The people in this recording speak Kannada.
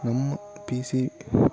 ನಮ್ಮ ಪಿ ಸಿ